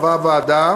קבעה הוועדה